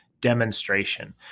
demonstration